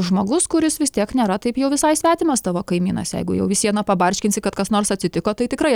žmogus kuris vis tiek nėra taip jau visai svetimas tavo kaimynas jeigu jau į sieną pabarškinsi kad kas nors atsitiko tai tikrai